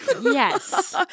Yes